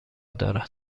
دارد